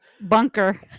Bunker